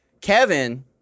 Kevin